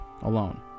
alone